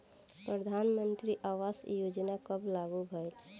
प्रधानमंत्री आवास योजना कब लागू भइल?